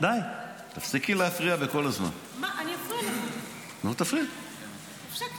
--- אבל מה, הכול אפשר להגיד?